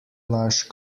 laž